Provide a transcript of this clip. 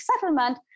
settlement